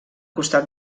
costat